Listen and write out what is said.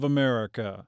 America